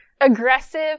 aggressive